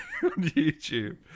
YouTube